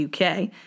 UK